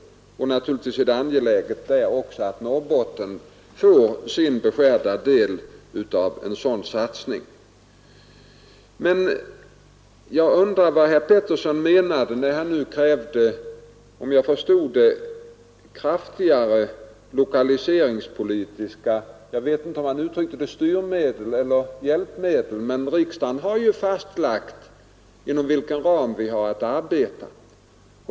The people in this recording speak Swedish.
Naturligtvis är det angeläget att Norrbotten får sin beskärda del av en sådan satsning också. Men jag undrar vad herr Petersson i Gäddvik menade när han nu, om jag förstod honom rätt, krävde kraftigare lokalpolitiska styrmedel eller hjälpmedel. Riksdagen har ju fastlagt inom vilken ram vi har att arbeta.